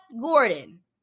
Gordon